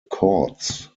courts